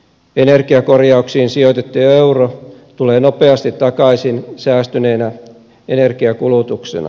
energiakorjauksiin sijoitettu euro tulee nopeasti takaisin säästyneenä energiankulutuksena